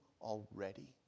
already